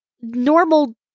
normal